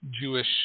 Jewish